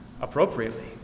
appropriately